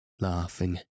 laughing